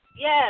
Yes